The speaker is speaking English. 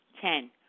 Ten